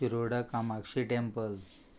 Tiroda Kamakshi temple